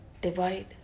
divide